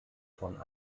von